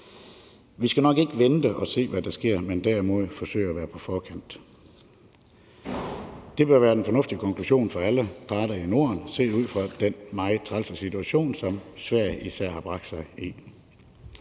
Vi skal nok ikke vente og se, hvad der sker, men derimod forsøge at være på forkant. Det vil være den fornuftige konklusion for alle parter i Norden set ud fra den meget trælse situation, som især Sverige har bragt sig i.